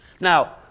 Now